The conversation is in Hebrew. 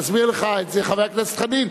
יסביר לך את זה חבר הכנסת חנין,